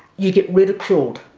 you get ridiculed.